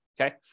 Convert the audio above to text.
okay